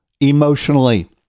emotionally